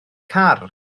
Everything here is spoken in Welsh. car